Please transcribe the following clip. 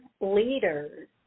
leaders